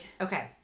Okay